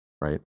right